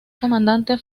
comandante